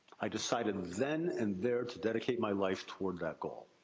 i decided, then and there, to dedicate my life toward that goal.